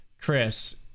chris